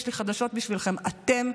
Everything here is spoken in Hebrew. יש לי חדשות בשבילכם: אתם,